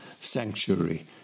sanctuary